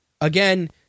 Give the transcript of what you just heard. again